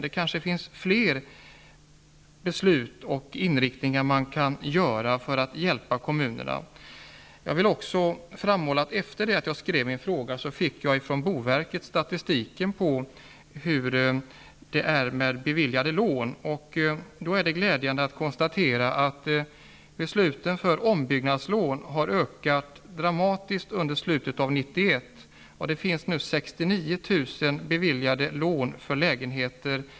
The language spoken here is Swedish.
Man kan kanske komma fram till fler beslut och inriktningar för att hjälpa kommunerna. Jag vill också framhålla att jag efter det att jag ställde min fråga fick statistik från boverket över läget beträffande beviljade lån. Det är glädjande att konstatera att antalet beslut beträffande ombyggnadslån har ökat dramatiskt under slutet av åtgärder beträffande lägenheter.